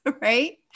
right